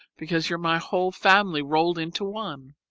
because you're my whole family rolled into one.